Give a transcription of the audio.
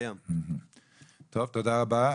טוב, תודה רבה.